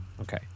Okay